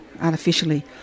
artificially